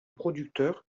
producteur